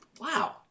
wow